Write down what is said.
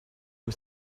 aux